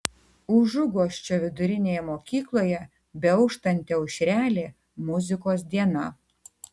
užuguosčio vidurinėje mokykloje beauštanti aušrelė muzikos diena